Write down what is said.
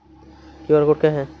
QR code क्या है?